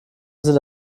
sind